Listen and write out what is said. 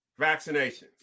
vaccinations